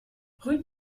rue